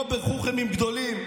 אובער-חוכמים גדולים,